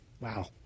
wow